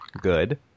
Good